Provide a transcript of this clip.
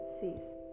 cease